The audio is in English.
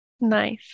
Nice